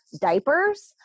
diapers